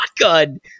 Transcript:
shotgun